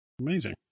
Amazing